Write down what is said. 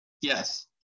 Yes